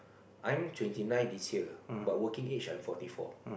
I'm twenty nine this year but working age I'm forty four